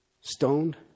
stoned